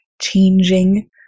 changing